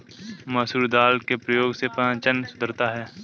मसूर दाल के प्रयोग से पाचन सुधरता है